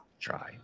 try